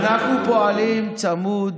אנחנו פועלים צמוד,